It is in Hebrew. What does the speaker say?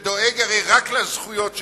שהרי דואג רק לזכויות שלכם.